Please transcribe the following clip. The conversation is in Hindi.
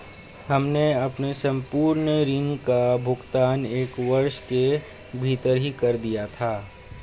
हमने अपने संपूर्ण ऋण का भुगतान एक वर्ष के भीतर ही कर दिया था